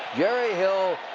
jerry hill